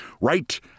right